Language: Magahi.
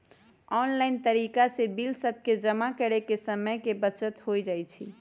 ऑनलाइन तरिका से बिल सभके जमा करे से समय के बचत हो जाइ छइ